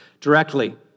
directly